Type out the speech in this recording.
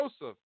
Joseph